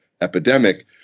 epidemic